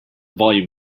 volume